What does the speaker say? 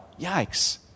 Yikes